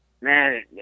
Man